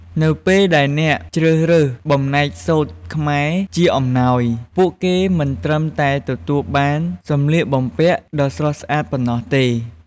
នៅពេលដែលអ្នកជ្រើសរើសបំណែកសូត្រខ្មែរជាអំណោយ ពួកគេមិនត្រឹមតែទទួលបានសម្លៀកបំពាក់ដ៏ស្រស់ស្អាតប៉ុណ្ណោះទេ ។